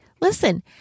Listen